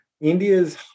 India's